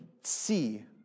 see